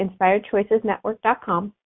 inspiredchoicesnetwork.com